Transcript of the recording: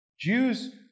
Jews